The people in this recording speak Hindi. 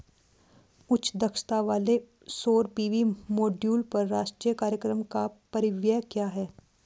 उच्च दक्षता वाले सौर पी.वी मॉड्यूल पर राष्ट्रीय कार्यक्रम का परिव्यय क्या है?